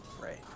Right